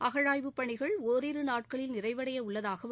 அகழாய்வுப் பணிகள் ஓரிரு நாட்களில் நிறைவடைய உள்ளதாகவும்